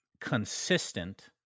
consistent